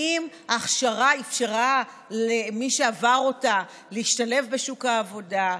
האם ההכשרה אפשרה למי שעבר אותה להשתלב בשוק העבודה,